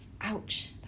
Ouch